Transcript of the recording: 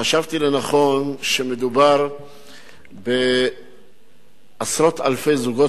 חשבתי לנכון כשמדובר בעשרות אלפי זוגות